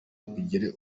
ugire